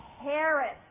Harris